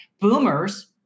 boomers